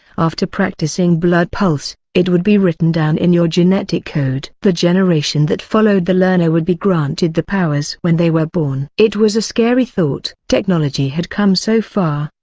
after practicing blood-pulse, it would be written down in your genetic code. the generation that followed the learner would be granted the powers when they were born. it was a scary thought. technology had come so far,